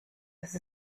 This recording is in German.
dass